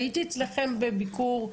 הייתי אצלכם בביקור.